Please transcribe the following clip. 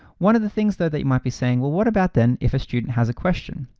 one of the things that that you might be saying. well what about then, if a student has a question?